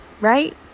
Right